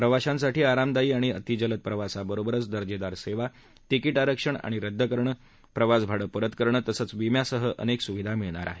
प्रवाशासाठी आरामदायी आणि अतिजलद प्रवासाबरोबरच दर्जेदार सेवा तिकीट आरक्षण आणि रद्द करणं प्रवासभाडं परत करणं तसंच विम्यासह अनेक सुविधा मिळणार आहेत